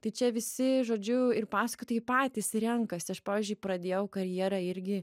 tai čia visi žodžiu ir pasakotojai patys renkasi aš pavyzdžiui pradėjau karjerą irgi